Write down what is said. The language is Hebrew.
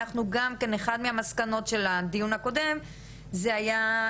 אנחנו גם כן באחת מהמסקנות שלנו מהדיון הקודם שנושא היה: